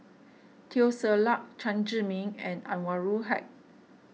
Teo Ser Luck Chen Zhiming and Anwarul Haque